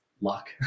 luck